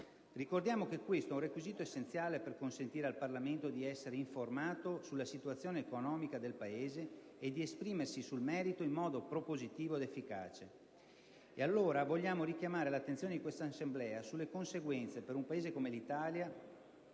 Ricordiamo che questo è un requisito essenziale per consentire al Parlamento di essere informato sulla situazione economica del Paese e di esprimersi sul merito in modo propositivo ed efficace. E allora vogliamo richiamare l'attenzione di questa Assemblea sulle conseguenze per un Paese come l'Italia